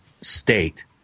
state